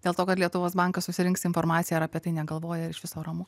dėl to kad lietuvos bankas susirinks informaciją ar apie tai negalvoja ir iš viso ramu